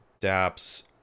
Daps